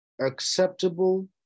acceptable